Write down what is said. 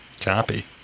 Copy